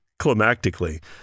climactically